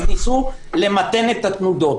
ולכן ניסו למתן את התנודות.